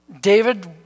David